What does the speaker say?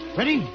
Ready